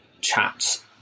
chats